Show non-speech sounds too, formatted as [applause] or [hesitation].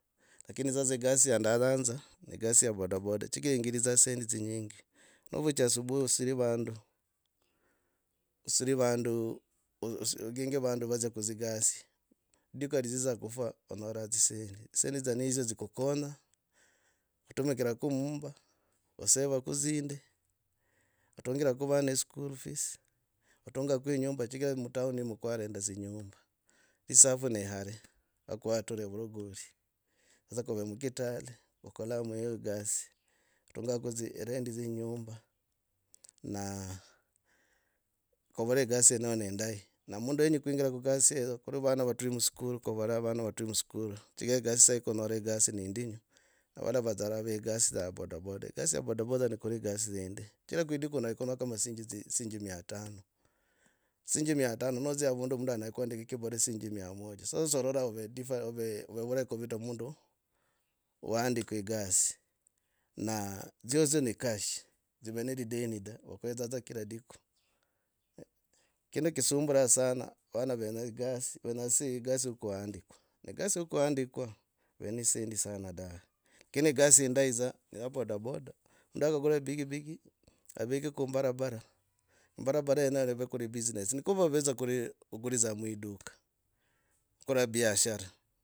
Lakini sasa egasi ya ndayanza. negasi ya bodaboda chigira yingiritsa dzisendi dzinyingi novecha asubuhi. Osiri vandu. osiri vandu oginge vandu vadzia kuzigasi lidiku lidza kufa onyora dzisengi. dzisengi dzana hizo zikukonya kutumikirako mumba. Osevako dzingi. Otungirako vana [hesitation] school fees. otungako inyumba chigira mutown humu kwarenta dzinyumba. reserve ni yare. wa kwa tura evurogori. saza kuve mukitale kokola mweho egasi. Kutungako dza erenti dze inyumba na kuvora egasi yeneyo nehindahi. Na mundu yenyi kuhingira ku gasi hoyo kuri vana vaturi muskuru kuvora vana vaturi muskuru chigira gasi sahi kunyora [hesitation] gasu sahi neindinya. Avana vatgarava [hesitation] gasi ya bodaboda. e gasi ya bodaboda ne kuri egasi hindi chigira kuidikunonahai kunyora kama dzishingi mia tano. Dzishingi mia tano nodzia avundu mundu anyera kuandika kibarua dzishingi mia moja. Sa solola ovv differ. ov [hesitation] vurahi kuvita mundu waandikwa egasi. Na dzyodzyo ni cash ov [hesitation] nelideni do ovedzaa kira lidiku. Kindu kisumburaa sana vana venyaa egasi venya egasi ya kuhandikwa. egasi yo kuhandikwa ive ne dzisendi sana dave. Kini egasi indahi dza ni ya bodaboda. Mundu akaguira avike ku mbarambara. Imbarabara ukola biashara.